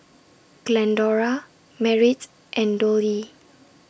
Glendora Merritt and Dollye